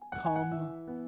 come